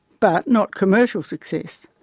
but not commercial success.